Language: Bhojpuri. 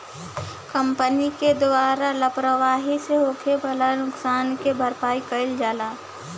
कंपनी के द्वारा लापरवाही से होखे वाला नुकसान के भरपाई कईल जाला